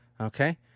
Okay